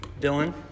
Dylan